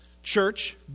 Church